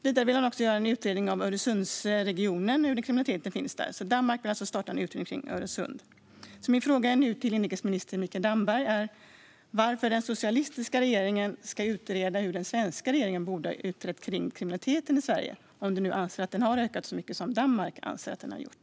Vidare vill han göra en utredning av den kriminalitet som finns i Öresundsregionen. Danmark vill alltså starta en utredning om Öresund. Min fråga till inrikesminister Mikael Damberg är nu varför den socialistiska regeringen ska utreda vad den svenska regeringen borde ha utrett om kriminaliteten i Sverige, om du nu anser att den har ökat så mycket som Danmark anser att den har gjort.